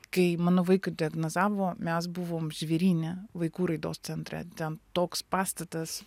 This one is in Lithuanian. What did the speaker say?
kai mano vaikui diagnozavo mes buvom žvėryne vaikų raidos centre ten toks pastatas